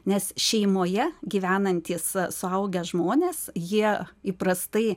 nes šeimoje gyvenantys suaugę žmonės jie įprastai